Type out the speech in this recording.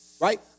Right